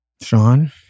Sean